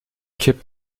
kippt